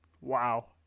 Wow